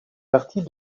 partie